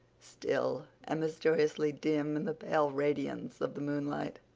still and mysteriously dim in the pale radiance of the moonlight.